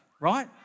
right